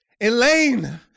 Elaine